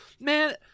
man